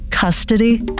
custody